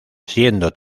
siendo